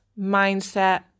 mindset